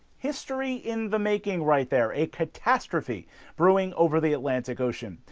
history in the making right there a catastrophe brewing over the atlantic ocean.